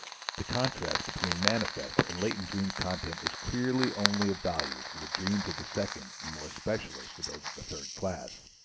the contrast between manifest and latent dream-content is clearly only of value for the dreams of the second and more especially for those of the third class.